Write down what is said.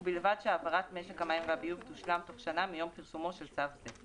ובלבד שהעברת משק המים והביוב תושלם תוך שנה מיום פרסומו של צו זה.